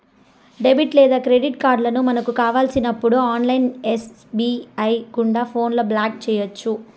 debit లేదా credit కార్డులను మనకు కావలసినప్పుడు ఆన్లైన్ ఎస్.బి.ఐ గుండా ఫోన్లో బ్లాక్ చేయొచ్చు